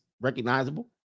recognizable